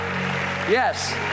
yes